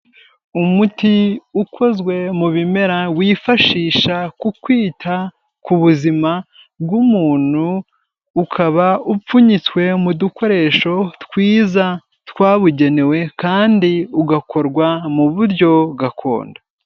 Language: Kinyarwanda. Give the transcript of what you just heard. Umuti ukozwe mu bimera wifashisha ku kwita ku ubuzima bw'umuntu, ukaba upfunyitswe mu dukoresho twiza, twabugenewe kandi ugakorwa mu buryo gakondo.